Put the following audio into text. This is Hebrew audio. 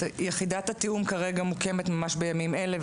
יחידת התיאום מוקמת ממש בימים אלה,